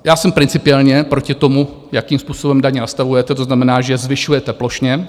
Já jsem principiálně proti tomu, jakým způsobem daně nastavujete, to znamená, že je zvyšujete plošně.